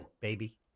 Baby